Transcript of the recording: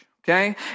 okay